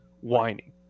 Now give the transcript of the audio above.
whining